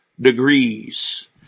degrees